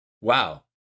wow